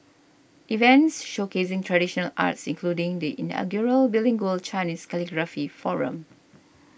events showcasing traditional arts including the inaugural bilingual Chinese calligraphy forum